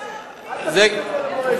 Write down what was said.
זה לא קשור למורשת.